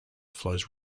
flows